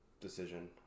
decision